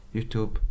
YouTube